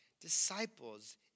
disciples